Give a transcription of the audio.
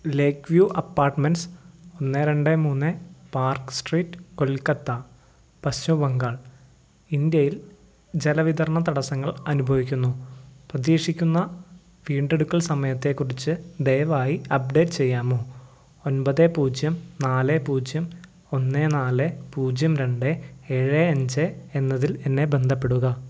ലെഗ്വ്യൂ apartments ഒന്ന് രണ്ട് മൂന്ന് Park Street Kolkata Paschima Bangal ഇൻഡ്യയിൽ ജലവിതരണ തടസങ്ങൾ അനുഭവിക്കുന്നു പ്രതീക്ഷിക്കുന്ന വീണ്ടെടുക്കൽ സമയത്തെക്കുറിച്ചു ദയവായി അപ്ഡേറ്റ് ചെയ്യാമോ ഒൻപത് പൂജ്യം നാല് പൂജ്യം ഒന്ന് നാല് പൂജ്യം രണ്ട് ഏഴ് അഞ്ച് എന്നതിൽ എന്നെ ബന്ധപ്പെടുക